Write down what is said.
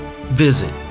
Visit